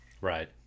right